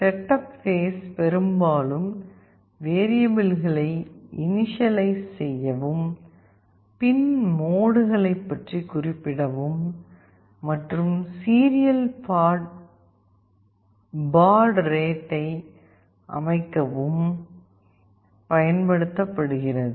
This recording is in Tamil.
செட்டப் பேஸ் பெரும்பாலும் வேரியபில்களை இணிஷியலைஸ் செய்யவும் பின் மோடுகளைப் பற்றி குறிப்பிடவும் மற்றும் சீரியல் பாட் ரேட்டை அமைக்கவும் பயன்படுத்தப்படுகிறது